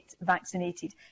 vaccinated